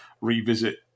revisit